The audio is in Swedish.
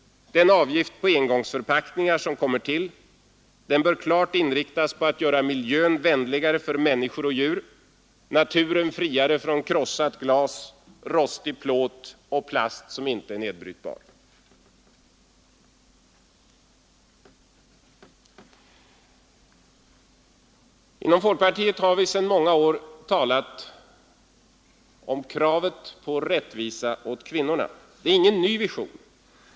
Den avgift på engångsförpackningar som kommer till bör klart inriktas på att göra miljön vänligare för människor och djur, naturen friare från krossat glas, rostig plåt och plast som inte är nedbrytbar. Inom folkpartiet har vi sedan många år talat om kravet på rättvisa åt kvinnorna — det är ingen ny vision.